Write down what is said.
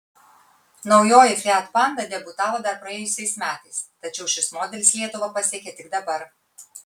naujoji fiat panda debiutavo dar praėjusiais metais tačiau šis modelis lietuvą pasiekė tik dabar